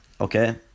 Okay